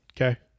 Okay